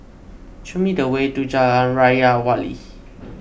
show me the way to Jalan Raja Wali